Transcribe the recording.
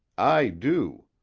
i do.